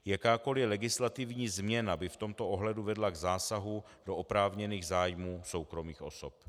Jakákoli legislativní změna by v tomto ohledu vedla k zásahu do oprávněných zájmů soukromých osob.